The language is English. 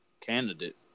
candidate